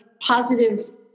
positive